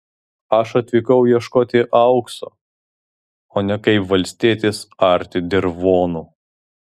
aš atvykau ieškoti aukso o ne kaip valstietis arti dirvonų